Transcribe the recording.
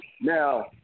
now